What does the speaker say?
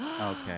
Okay